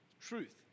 truth